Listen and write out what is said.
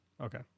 Okay